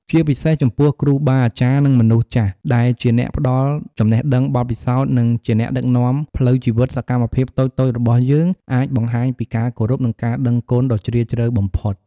ជាពិសេសចំពោះ គ្រូបាអាចារ្យ និង មនុស្សចាស់ ដែលជាអ្នកផ្ដល់ចំណេះដឹង បទពិសោធន៍ និងជាអ្នកដឹកនាំផ្លូវជីវិត សកម្មភាពតូចៗរបស់យើងអាចបង្ហាញពីការគោរព និងការដឹងគុណដ៏ជ្រាលជ្រៅបំផុត។